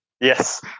Yes